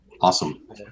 awesome